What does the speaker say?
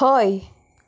हय